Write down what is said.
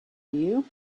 you